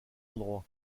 endroit